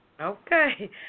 Okay